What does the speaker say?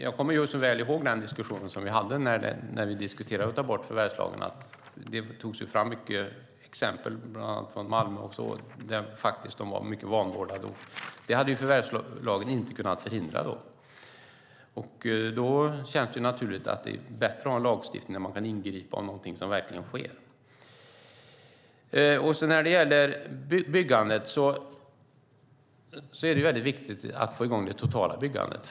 Jag kommer så väl ihåg vår diskussion om att ta bort förvärvslagen. Det togs fram många exempel, bland annat från Malmö. Där var det faktiskt mycket vanvård. Det hade då förvärvslagen inte kunnat förhindra. Då känns det bättre att ha en lagstiftning där man kan ingripa om någonting verkligen sker. När det gäller byggandet är det viktigt att få i gång det totala byggandet.